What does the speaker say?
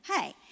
hey